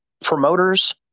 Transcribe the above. promoters